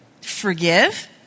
forgive